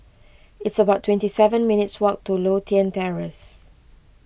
it's about twenty seven minutes' walk to Lothian Terrace